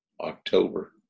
October